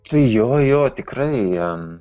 tai jo jo tikrai